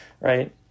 right